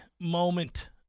moment